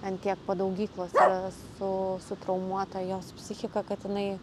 an tiek po daugyklos yra su sutraumuota jos psichika kad jinai